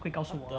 会告诉我